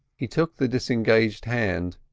he took the disengaged hand,